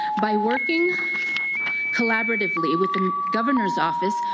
by working collaboratively with the governor's office,